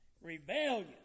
Rebellion